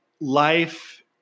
life